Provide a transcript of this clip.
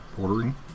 ordering